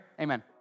amen